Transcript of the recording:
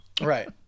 Right